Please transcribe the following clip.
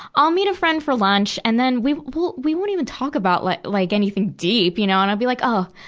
i'll meet a friend for lunch, and then we, we won't even talk about like like anything deep, you know. and i'll be like, oh.